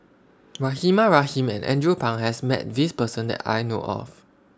Rahimah Rahim and Andrew Phang has Met This Person that I know of